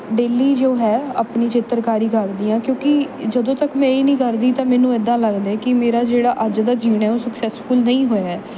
daily ਜੋ ਹੈ ਆਪਣੀ ਚਿੱਤਰਕਾਰੀ ਕਰਦੀ ਹਾਂ ਕਿਉਂਕਿ ਜਦੋਂ ਤੱਕ ਮੈਂ ਇਹ ਨਹੀਂ ਕਰਦੀ ਤਾਂ ਮੈਨੂੰ ਇੱਦਾਂ ਲੱਗਦਾ ਹੈ ਕਿ ਮੇਰਾ ਜਿਹੜਾ ਅੱਜ ਦਾ ਜਿਉਣਾ ਹੈ ਉਹ ਸਕਸੈਸਫੁਲ ਨਹੀਂ ਹੋਇਆ ਹੈ